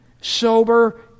sober